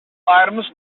items